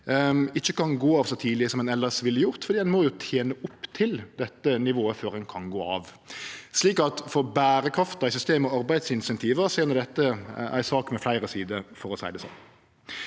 ikkje kan gå av så tidleg som ein elles ville gjort, fordi ein må tene opp til dette nivået før ein kan gå av. Så for berekrafta i systemet og arbeidsinsentiva er dette ei sak med fleire sider, for å seie det slik.